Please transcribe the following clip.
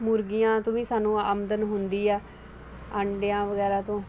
ਮੁਰਗੀਆਂ ਤੋਂ ਵੀ ਸਾਨੂੰ ਆਮਦਨ ਹੁੰਦੀ ਆ ਅੰਡਿਆਂ ਵਗੈਰਾ ਤੋਂ